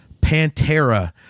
Pantera